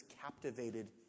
captivated